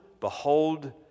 behold